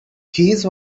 cheese